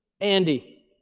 Andy